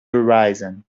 horizon